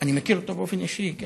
אני מכיר אותו באופן אישי, כן.